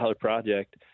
project